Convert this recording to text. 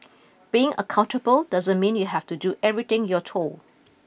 being accountable doesn't mean you have to do everything you're told